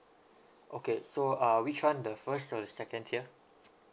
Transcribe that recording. okay so uh which one the first or the second tier